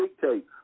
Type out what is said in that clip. dictate